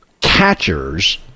catchers